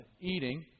eating